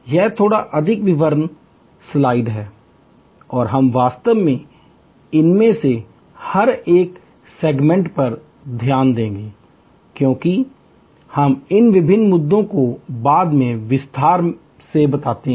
यह थोड़ा अधिक विवरण स्लाइड है और हम वास्तव में इनमें से हर एक खंडभाग पर ध्यान देंगे क्योंकि हम इन विभिन्न मुद्दों को बाद में विस्तार से बताते हैं